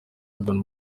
urban